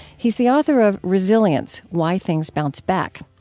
he's the author of resilience why things bounce back.